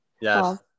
yes